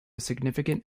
significant